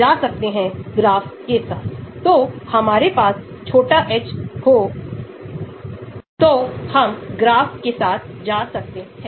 और फिर हमारे पास log p के लिए एक रैखिक टर्म है